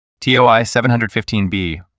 TOI-715b